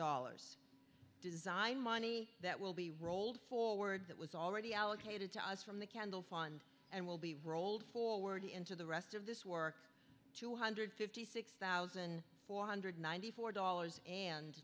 dollars design money that will be rolled forward that was already allocated to us from the candle fund and will be rolled forward into the rest of this work two hundred and fifty six thousand four hundred and ninety four dollars